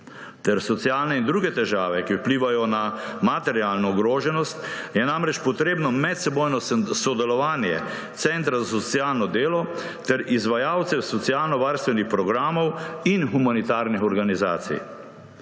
ter socialne in druge težave, ki vplivajo na materialno ogroženost, je namreč potrebno medsebojno sodelovanje centra za socialno delo ter izvajalcev socialnovarstvenih programov in humanitarnih organizacij.